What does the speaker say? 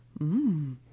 mmm